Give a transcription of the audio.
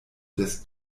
des